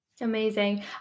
amazing